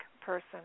person